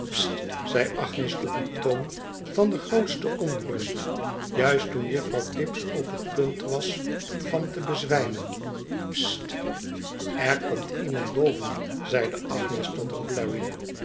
zei agnes op een toon van de grootste onrust juist toen juffrouw tibbs op het punt was van te bezwijmen s s t er komt iemand boven zeide agnes tot